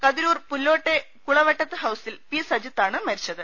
കതിരൂർ പുല്ലോട്ടെ കുളവട്ടത്ത് ഹൌസിൽ പി സജിത്താണ് മരിച്ചത്